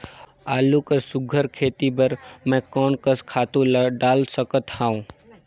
आलू कर सुघ्घर खेती बर मैं कोन कस खातु ला डाल सकत हाव?